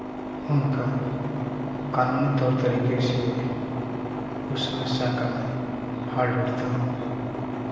उनका कानूनी तौर तरीके से उसमें साका में हाल जोड़ता हूँ